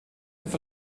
und